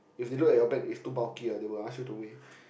if they look at your bag is too bulky ah they will ask you to weigh